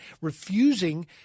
refusing